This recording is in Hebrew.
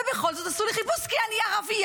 ובכל זאת עשו לי חיפוש כי אני ערבייה.